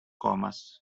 commas